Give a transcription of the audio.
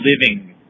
living